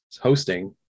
hosting